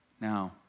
Now